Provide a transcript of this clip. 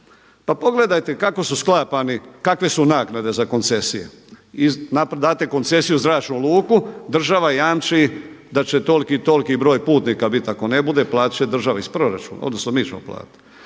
Pa pogledajte kako su sklapani, kakve su naknade za koncesije? I date koncesiju zračnu luku, država jamči da će toliki i toliki broj putnika biti. Ako ne bude, platit će država iz proračuna, odnosno mi ćemo platiti.